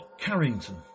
Carrington